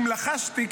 אם לחשתי,